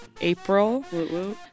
April